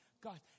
God